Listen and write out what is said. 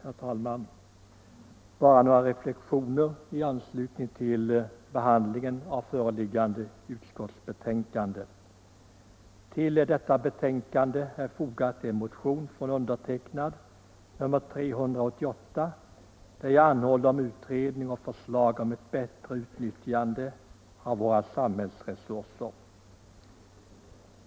Herr talman! Jag vill bara framföra några reflexioner i anslutning till behandlingen av föreliggande utskottsbetänkande, som även omfattar motionen 388, där jag anhåller om utredning och förslag rörande bättre utnyttjande av våra samhällsresurser.